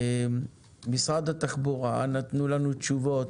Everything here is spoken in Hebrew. משרד התחבורה, אנא, תנו תשובות,